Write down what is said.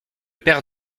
père